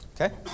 Okay